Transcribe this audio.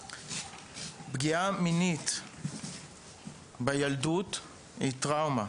פגיעה מינית בילדות היא טראומה.